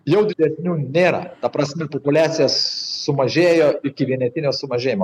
jau didesnių nėra ta prasme populiacija sumažėjo iki vienetinio sumažėjimo